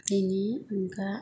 बेनि अनगा